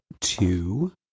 two